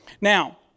Now